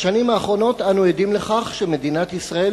בשנים האחרונות אנו עדים לכך שמדינת ישראל,